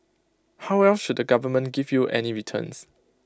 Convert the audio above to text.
how else should the government give you any returns